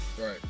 Right